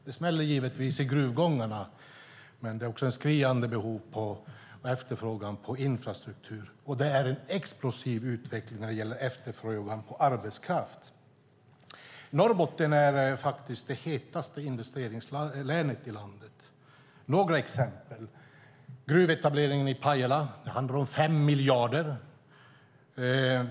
Det smäller givetvis i gruvgångarna, men det är också en skriande efterfrågan på infrastruktur, och det är en explosiv utveckling när det gäller efterfrågan på arbetskraft. Norrbotten är faktiskt det hetaste investeringslänet i landet. Jag kan ge några exempel. Gruvetableringen i Pajala handlar om 5 miljarder.